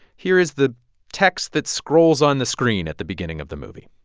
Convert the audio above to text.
here is the text that scrolls on the screen at the beginning of the movie